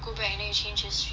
change history